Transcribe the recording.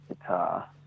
guitar